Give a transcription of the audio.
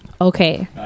Okay